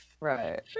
right